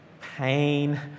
pain